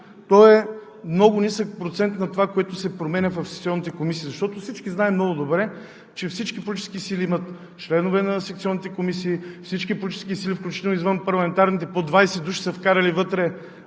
е много нисък процентът на това, което се променя в секционните комисии. Всички знаем много добре, че всички политически сили имат членове в секционните комисии, всички политически сили, включително извънпарламентарните, по 20 души са вкарали вътре,